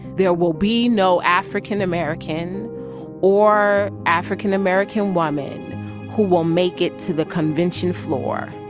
there will be no african american or african american woman who will make it to the convention floor.